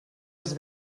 els